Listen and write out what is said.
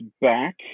back